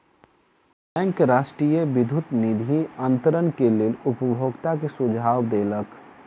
bank राष्ट्रीय विद्युत निधि अन्तरण के लेल उपभोगता के सुझाव देलक